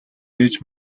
ээж